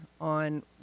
on